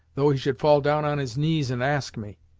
though he should fall down on his knees and ask me!